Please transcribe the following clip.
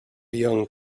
young